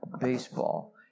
baseball